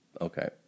Okay